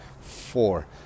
Four